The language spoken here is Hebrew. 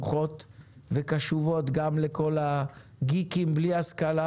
פתוחות וקשובות גם לכל הגיקים בלי השכלה